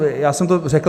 Já jsem to řekl.